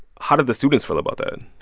how did the students feel about that? and